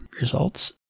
results